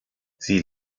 sie